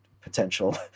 potential